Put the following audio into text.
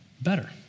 better